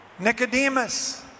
Nicodemus